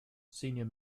senior